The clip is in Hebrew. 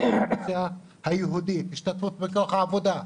לאוכלוסייה היהודית התרחבו השתתפות בכוח העבודה,